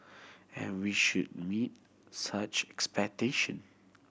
and we should meet such expectation